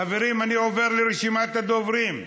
חברים, אני עובר לרשימת הדוברים.